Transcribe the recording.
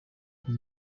byo